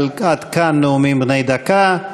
עד כאן נאומים בני דקה.